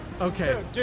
Okay